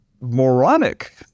moronic